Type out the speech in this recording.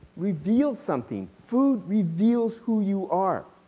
reveal something. food reveals who you are.